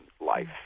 life